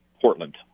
Portland